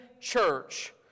church